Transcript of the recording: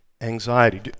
Anxiety